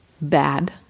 bad